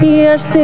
yes